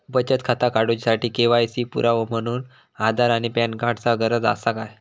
बचत खाता काडुच्या साठी के.वाय.सी पुरावो म्हणून आधार आणि पॅन कार्ड चा गरज आसा काय?